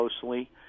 closely